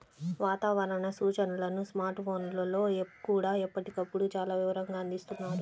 వాతావరణ సూచనలను స్మార్ట్ ఫోన్లల్లో కూడా ఎప్పటికప్పుడు చాలా వివరంగా అందిస్తున్నారు